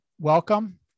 welcome